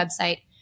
website